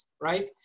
right